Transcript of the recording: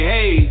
Hey